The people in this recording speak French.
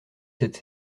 cette